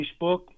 Facebook